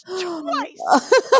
twice